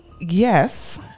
Yes